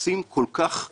יחסים כל כך שונות.